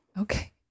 Okay